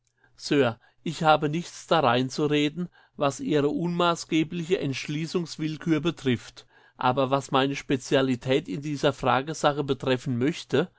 ich habe nichts dareinzureden was ihre unmaßgebliche entschließungswillkür betrifft aber was meine spezialität in dieser fragesache betreffen möchte